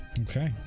Okay